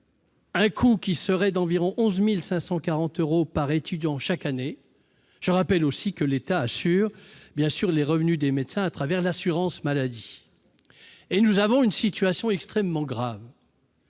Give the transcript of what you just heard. un coût qui avoisinerait 11 540 euros par étudiant chaque année. Je rappelle aussi que l'État assure, bien sûr, les revenus des médecins à travers l'assurance maladie. Or la situation est extrêmement grave.